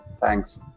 thanks